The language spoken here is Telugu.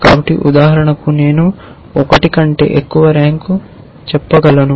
కాబట్టి ఉదాహరణకు నేను 1 కంటే ఎక్కువ ర్యాంక్ చెప్పగలను